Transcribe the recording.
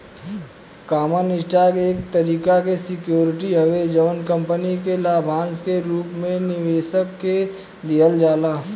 common stock एक तरीका के सिक्योरिटी हवे जवन कंपनी के लाभांश के रूप में निवेशक के दिहल जाला